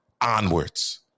onwards